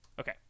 okay